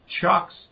Chuck's